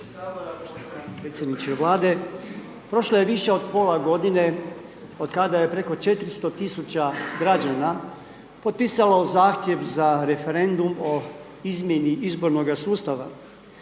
uključen./... predsjedniče Vlade, prošlo je više od pola godine od kada je preko 400 000 građana potpisalo zahtjev za referendum o izmjeni izbornoga sustava.